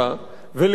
ולהילחם,